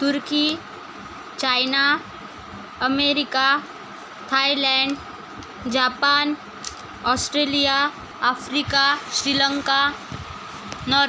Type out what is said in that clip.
turkey China America Thailand Japan Australia Africa Sri Lanka north